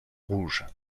rouge